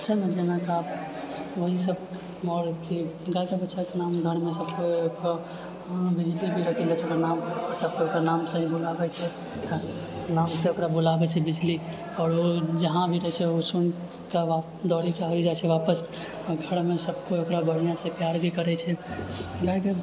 छै ने जेना ओएह सब आओर कि गायके बछड़ाके नाम घरमे सब केओ बिजली भी रखले छै ओकर नाम सब केओ ओकर नामसँ ही बुलाबैत छै नामसँ ओकरा बुलाबैत छै बिजली आओर ओ जहाँ भी रहैत छै ओ सुनिके दौड़िके आबि जाइत छै आपस आ घरमे सब केओ ओकरा बढ़िआँसँ प्यार भी करैत छै गायके